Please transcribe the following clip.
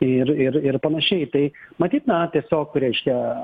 ir ir ir panašiai tai matyt na tiesiog reiškia